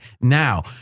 Now